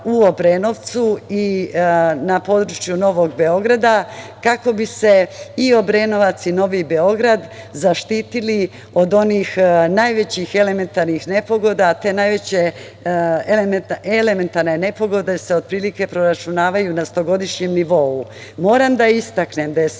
u Obrenovcu i na području Novog Beograda, kako bi se i Obrenovac i Novi Beograd zaštitili od onih najvećih elementarnih nepogoda, a te najveće elementarne nepogode se otprilike proračunavaju na stogodišnjem nivou. Moram da istaknem da je samo